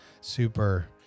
super